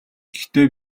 гэхдээ